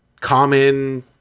common